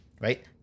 right